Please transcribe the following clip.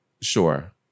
Sure